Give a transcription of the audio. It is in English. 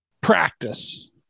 Practice